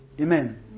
Amen